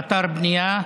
באתר בנייה.